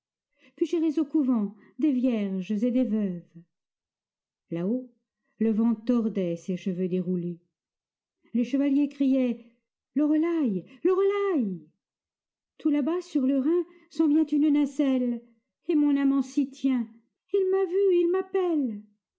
puis j'irai au couvent des vierges et des veuves là-haut le vent tordait ses cheveux déroulés les chevaliers criaient loreley loreley tout là-bas sur le rhin s'en vient une nacelle et mon amant s'y tient il m'a vue il m'appelle